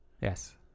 Yes